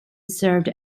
served